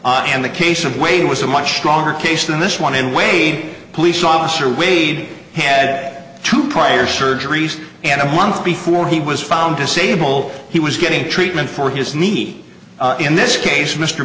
and the case of waiting was a much stronger case than this one in way police officer wade had two prior surgeries and a month before he was found disable he was getting treatment for his knee in this case mr